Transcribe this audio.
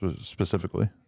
specifically